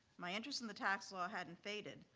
my interests in the tax law hadn't faded,